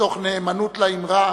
מתוך נאמנות לאמרה: